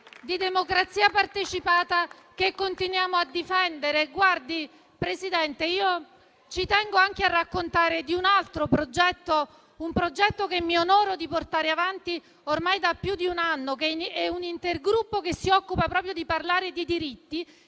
di democrazia partecipata che continuiamo a difendere. Signor Presidente, tengo anche a raccontare un altro progetto che mi onoro di portare avanti ormai da più di un anno, che riguarda un intergruppo che si occupa proprio di parlare di diritti